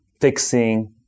fixing